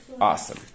Awesome